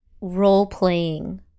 role-playing